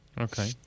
okay